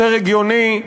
יותר הגיוני,